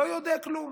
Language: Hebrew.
לא יודע כלום.